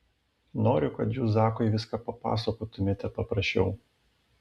noriu kad jūs zakui viską papasakotumėte paprašiau